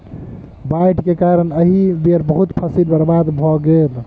बाइढ़ के कारण एहि बेर बहुत फसील बर्बाद भअ गेल